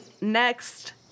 next